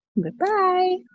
Goodbye